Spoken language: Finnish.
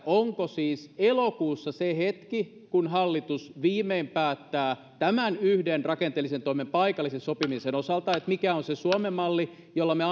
onko siis elokuussa se hetki kun hallitus viimein päättää tämän yhden rakenteellisen toimen paikallisen sopimisen osalta mikä on se suomen malli jolla me